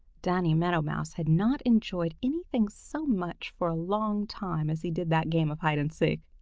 danny meadow mouse had not enjoyed anything so much for a long time as he did that game of hide and seek.